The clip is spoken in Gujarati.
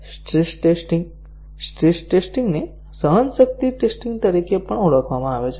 સ્ટ્રેસ ટેસ્ટીંગ સ્ટ્રેસ ટેસ્ટીંગ ને સહનશક્તિ ટેસ્ટીંગ તરીકે પણ ઓળખવામાં આવે છે